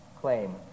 claim